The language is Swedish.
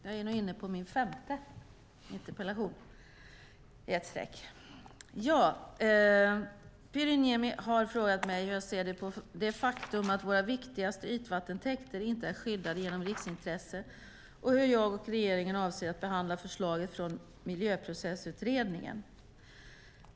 Herr talman! Pyry Niemi har frågat mig hur jag ser på det faktum att våra viktigaste ytvattentäkter inte är skyddade genom riksintresse och hur jag och regeringen avser att behandla förslaget från Miljöprocessutredningen.